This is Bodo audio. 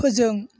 फोजों